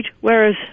whereas